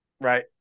right